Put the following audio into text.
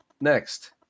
Next